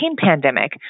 pandemic